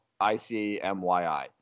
icmyi